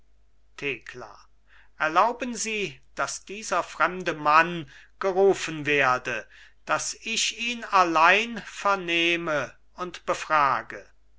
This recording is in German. thekla erlauben sie daß dieser fremde mann gerufen werde daß ich ihn allein vernehme und befrage